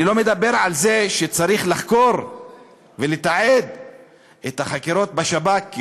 אני לא מדבר על זה שצריך לחקור ולתעד את החקירות בשב"כ,